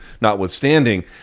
notwithstanding